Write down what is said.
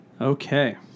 Okay